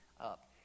up